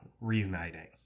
reuniting